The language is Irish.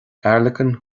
airleacain